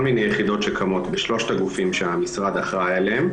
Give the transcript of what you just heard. מיני יחידות שקמות בשלושת הגופים שהמשרד אחראי עליהם.